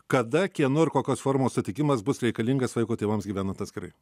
kada kieno ir kokios formos sutikimas bus reikalingas vaiko tėvams gyvenant atskirai